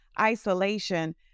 isolation